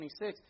26